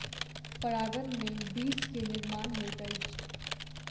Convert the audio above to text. परागन में बीज के निर्माण होइत अछि